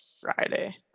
Friday